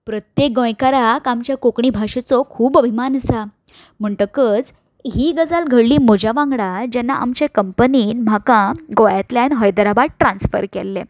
प्रत्येक गोंयकाराक आपल्या मांयभाशेचो खूब अभिमान आसा म्हणटकच ही गजाल घडली म्हज्या वांगडा जेन्ना आमच्या कंपनीन म्हाका गोंयांतल्यान हैदराबाद ट्रांसफर केल्लें